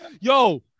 Yo